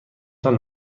تان